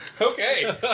okay